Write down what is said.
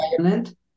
violent